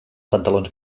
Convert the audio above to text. pantalons